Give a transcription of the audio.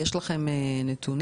יש לכם נתונים?